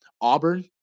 Auburn